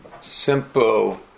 simple